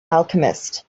alchemist